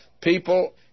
People